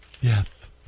Yes